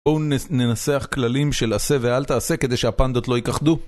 בואו ננסח כללים של עשה ואל תעשה כדי שהפנדות לא ייכחדו